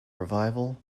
revival